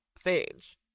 sage